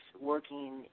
working